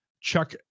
Chuck